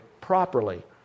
properly